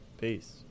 Peace